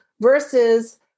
Versus